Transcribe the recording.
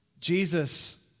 Jesus